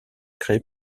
créée